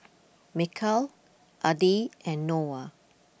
Mikhail Adi and Noah